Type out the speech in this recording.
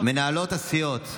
מנהלות הסיעות,